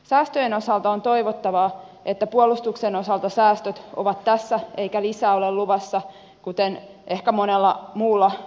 säästöjen osalta on toivottavaa että puolustuksen osalta säästöt ovat tässä eikä lisää ole luvassa kuten ehkä monella muulla hallinnonalalla keväällä